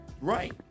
Right